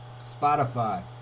Spotify